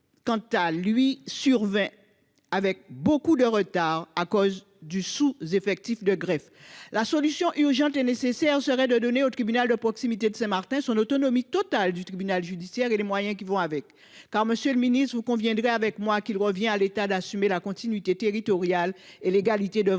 survient avec beaucoup de retard en raison du sous-effectif du greffe. La solution, urgente et nécessaire, serait d'accorder au tribunal de proximité de Saint-Martin son autonomie totale de tribunal judiciaire et les moyens qui vont avec. En effet, monsieur le ministre, vous conviendrez avec moi qu'il revient à l'État d'assumer la continuité territoriale et l'égalité devant